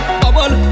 bubble